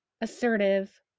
assertive